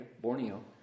Borneo